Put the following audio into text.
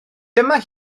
dyma